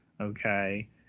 okay